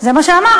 זה מה שאמרת.